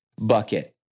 bucket